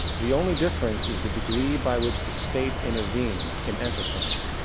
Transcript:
the only difference is the degree by which the state intervenes in enterprise.